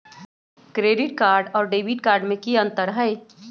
Credit card और debit card में की अंतर हई?